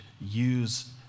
use